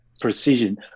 precision